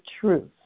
truth